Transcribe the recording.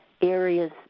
areas